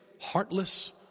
heartless